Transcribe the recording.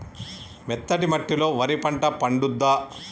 మెత్తటి మట్టిలో వరి పంట పండుద్దా?